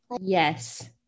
Yes